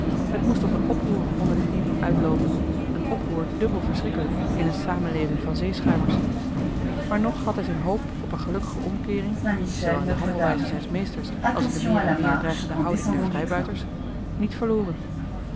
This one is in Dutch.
het moest op een oproer onder die lieden uitloopen een oproer dubbel verschrikkelijk in een samenleving van zeeschuimers maar nog had hij zijn hoop op een gelukkige omkeering zoowel in de handelwijze zijns meesters als in de meer en meer dreigende houding der vrijbuiters niet verloren